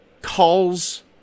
calls